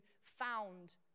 found